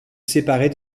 séparer